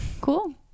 cool